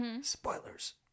Spoilers